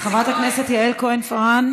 נשק בלתי חוקי ברמה מטורפת ביישובים הערביים,